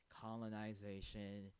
colonization